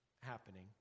happening